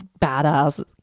badass